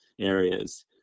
areas